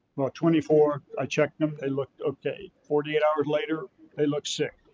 about twenty four, i checked them, they look okay, forty eight hours later they look sick.